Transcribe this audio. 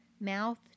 mouth